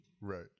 Right